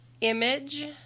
image